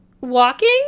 walking